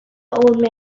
old